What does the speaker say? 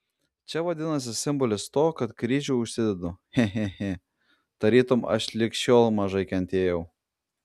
čia vadinasi simbolis to kad kryžių užsidedu che che tarytum aš lig šiol mažai kentėjau